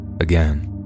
again